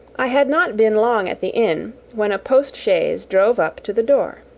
i had not been long at the inn when a postchaise drove up to the door.